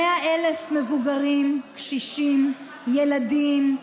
100,000 מבוגרים, קשישים, ילדים,